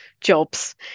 jobs